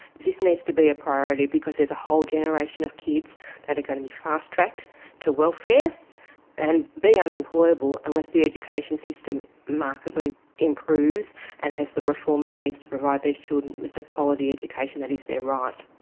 this needs to be a priority because there's a whole generation of kids that are going to be fast-tracked to welfare and be unemployable unless the education system markedly improves and has the reform it needs to provide these children with the quality education that is their right.